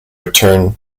return